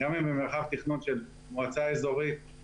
גם אם הן במרחב תכנון של מועצה מקומית